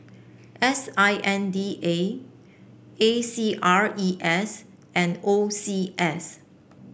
S I N D A A C R E S and O C S